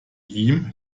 ihm